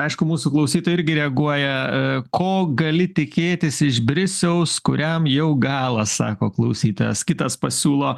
aišku mūsų klausytojai irgi reaguoja ko gali tikėtis iš brisiaus kuriam jau galas sako klausytojas kitas pasiūlo